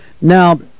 Now